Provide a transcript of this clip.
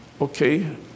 okay